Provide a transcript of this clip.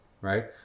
Right